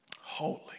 Holy